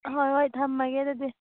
ꯍꯣꯏ ꯍꯣꯏ ꯊꯝꯃꯒꯦ ꯑꯗꯨꯗꯤ